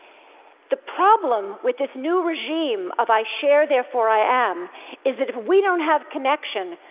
the problem with this new regime of i share therefore i am is that, if we don't have connection,